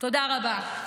תודה רבה.